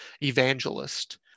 evangelist